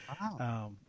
Wow